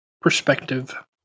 perspective